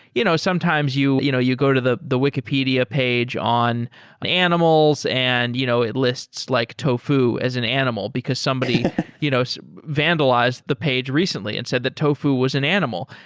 you know sometimes you you know you go to the the wikipedia page on animals and you know it lists like tofu as an animal, because somebody you know so vandalized the page recently and said that tofu was an animal.